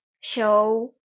show